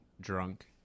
drunk